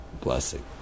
blessing